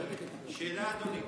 שאלה, אדוני.